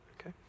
Okay